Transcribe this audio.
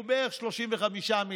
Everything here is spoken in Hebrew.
היא בערך 35 מיליארד.